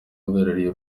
uhagarariye